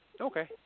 Okay